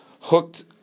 hooked